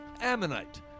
Ammonite